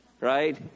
right